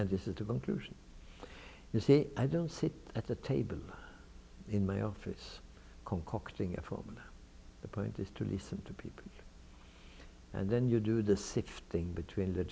crucial you see i don't sit at the table in my office concocting a form the point is to listen to people and then you do the sixth thing between the